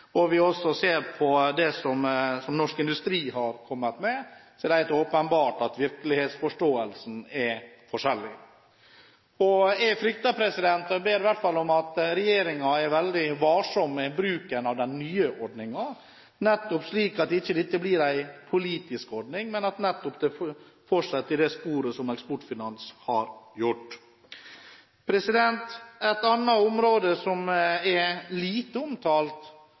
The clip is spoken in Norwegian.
og på det som Norsk Industri har kommet med, er det helt åpenbart at virkelighetsforståelsen er forskjellig. Jeg ber om at regjeringen er veldig varsom med bruken av den nye ordningen, slik at dette ikke blir en politisk ordning, men at en fortsetter i samme spor som Eksportfinans. Et annet område, som er lite omtalt,